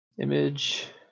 image